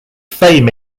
fame